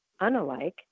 unalike